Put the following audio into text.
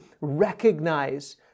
recognize